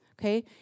okay